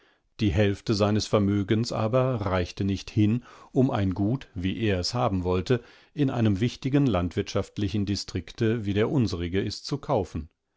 die hälfte seines vermögens aber reichte nicht hin um ein gut wie er es haben wollte in einem wichtigen landwirtschaftlichen distrikte wie der unserige ist zu kaufen